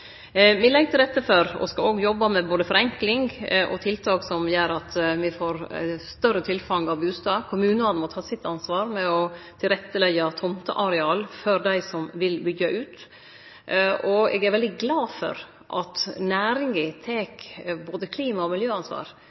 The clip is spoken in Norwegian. legg til rette for og skal òg jobbe for forenkling og tiltak som gjer at me får større tilfang av bustader. Kommunane må ta sitt ansvar med å tilretteleggje tomteareal for dei som vil byggje ut. Eg er veldig glad for at næringa tek både klima- og miljøansvar,